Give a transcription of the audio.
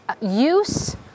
use